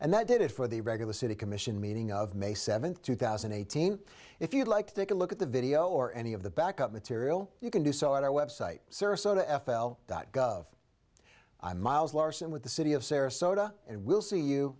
and that did it for the regular city commission meeting of may seventh two thousand and eighteen if you'd like to take a look at the video or any of the back up material you can do so at our website sarasota f l dot gov i'm miles larson with the city of sarasota and we'll see you